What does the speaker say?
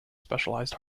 specialized